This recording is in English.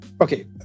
okay